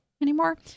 anymore